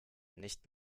nicht